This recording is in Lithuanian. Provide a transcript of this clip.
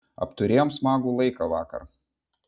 apturėjom smagų laiką vakar